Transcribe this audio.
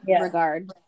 regard